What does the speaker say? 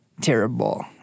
terrible